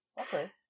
Okay